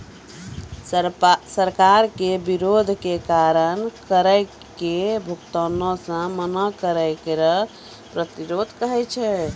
सरकार के विरोध के कारण करो के भुगतानो से मना करै के कर प्रतिरोध कहै छै